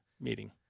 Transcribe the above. meeting